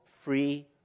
free